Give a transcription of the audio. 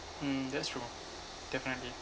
mm that's true definitely